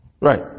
Right